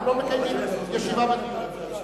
אנחנו לא מקיימים ישיבה בדיון הזה.